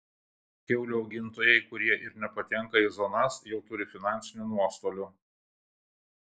kiaulių augintojai kurie ir nepatenka į zonas jau turi finansinių nuostolių